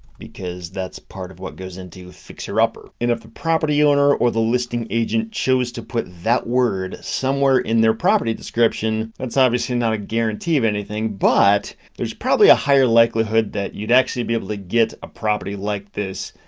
because that's part of what goes into fixer upper, and if the property owner, or the listing agent chose to put that word, somewhere in their property description, it's obviously not a guarantee of anything, but there's probably a higher likelihood, that you'd actually be able to get a property like this,